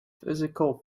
physical